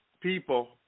people